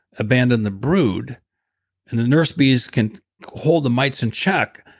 abandon the brood and the nurse bees can't hold the mites in check,